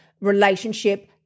relationship